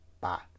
Bye